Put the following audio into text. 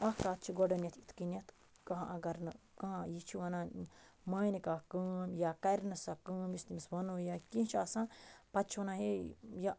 اکھ کَتھ چھِ گۄڈنٮ۪تھ اِتھ کٔنٮ۪تھ کانٛہہ اگر نہٕ کانٛہہ یہِ چھُ وَنان مانہٕ کانٛہہ کٲم یا کَرِ نہٕ سَہ کٲم یَس تٔمِس وَنو یا کیٚنٛہہ چھُ آسان پتہٕ چھُ وَنان ہے یا